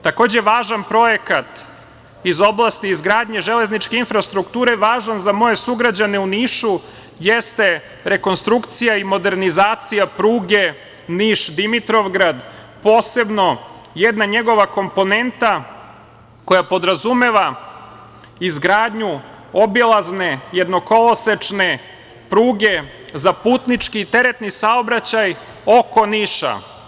Takođe, važan projekat iz oblasti izgradnje železničke infrastrukture, važan za moje sugrađane u Nišu, jeste rekonstrukcija i modernizacija pruge Niš Dimitrovgrad, posebno jedna njegova komponenta koja podrazumeva izgradnju obilazne jednokolosečne pruge za putnički i teretni saobraćaj, oko Niša.